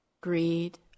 greed